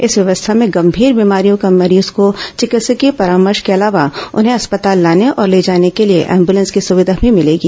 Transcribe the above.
इस व्यवस्था में गंभीर बीमारियों के मरीजों को चिकित्सकीय परामर्श के अलावा उन्हें अस्पताल लाने और ले जाने के लिए एंब्रेलेस की सुविधा भी मिलेंगी